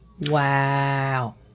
Wow